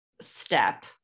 step